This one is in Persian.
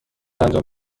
انجام